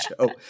show